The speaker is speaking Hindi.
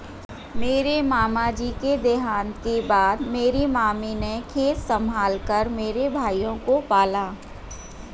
मेरे मामा जी के देहांत के बाद मेरी मामी ने खेत संभाल कर मेरे भाइयों को पाला